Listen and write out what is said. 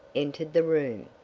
entered the room.